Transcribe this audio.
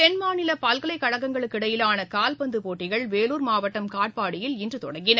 தென்மாநில பல்கலைக்கழகங்களுக்கு இடையேயான கால்பந்து போட்டிகள் வேலூர் மாவட்டம் காட்பாடியில் இன்று தொடங்கியது